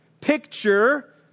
picture